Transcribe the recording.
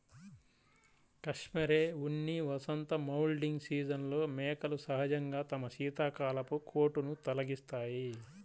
cashmere ఉన్ని వసంత moulting సీజన్లో మేకలు సహజంగా తమ శీతాకాలపు కోటును తొలగిస్తాయి